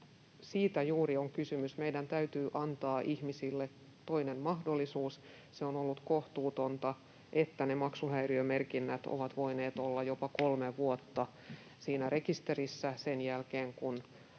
siitä juuri on kysymys, että meidän täytyy antaa ihmisille toinen mahdollisuus. Se on ollut kohtuutonta, että maksuhäiriömerkinnät ovat voineet olla jopa kolme vuotta siinä rekisterissä sen jälkeen, kun